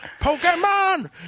Pokemon